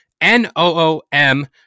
N-O-O-M